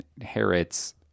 inherits